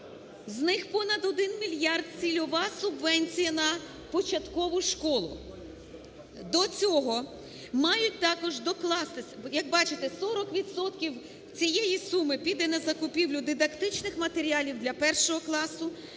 З них понад 1 мільярд – цільова субвенція на початкову школу. До цього мають також докластися, як бачите, 40 відсотків цієї суми піде на закупівлю дидактичних матеріалів для 1-го класу;